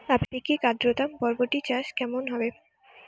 আপেক্ষিক আদ্রতা বরবটি চাষ কেমন হবে?